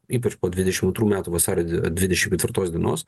ypač po dvidešim antrų metų vasario di dvidešim ketvirtos dienos